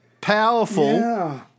powerful